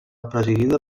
presidida